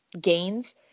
gains